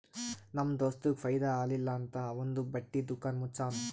ನಮ್ ದೋಸ್ತಗ್ ಫೈದಾ ಆಲಿಲ್ಲ ಅಂತ್ ಅವಂದು ಬಟ್ಟಿ ದುಕಾನ್ ಮುಚ್ಚನೂ